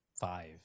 five